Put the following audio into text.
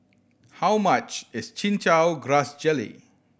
how much is Chin Chow Grass Jelly